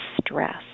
stress